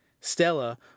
Stella